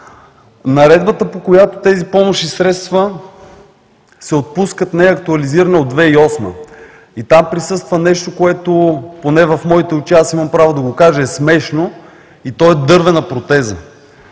Наредбата, по която тези помощни средства се отпускат, не е актуализирана от 2008 г. Там присъства нещо, което поне в моите очи – аз имам право да го кажа, е смешно и то е дървената протеза.